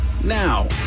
now